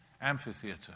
amphitheater